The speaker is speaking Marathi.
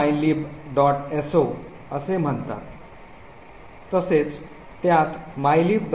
so असे म्हणतात तसेच त्यात mylib